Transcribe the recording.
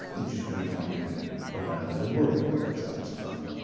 which is then marketed around the world. that's how it's done.